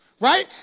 Right